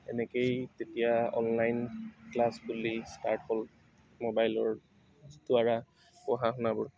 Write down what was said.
এনেকৈই তেতিয়া online class বুলি start হ'ল মবাইলৰ দ্বাৰা পঢ়া শুনাবোৰ